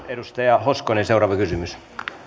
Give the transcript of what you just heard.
edustaja hoskonen seuraava kysymys arvoisa